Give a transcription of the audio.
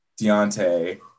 Deontay